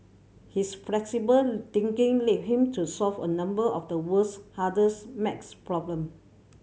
his flexible thinking led him to solve a number of the world's hardest maths problem